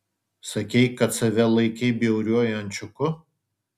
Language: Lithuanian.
sakei kad save laikei bjauriuoju ančiuku